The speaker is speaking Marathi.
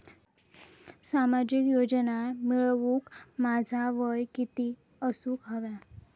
सामाजिक योजना मिळवूक माझा वय किती असूक व्हया?